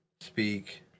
speak